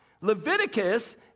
Leviticus